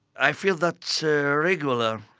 i feel that's ah regular.